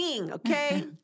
okay